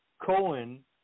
Cohen